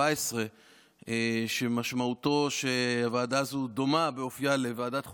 17. המשמעות היא שהוועדה הזאת דומה באופייה לוועדת החוקה,